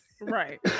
Right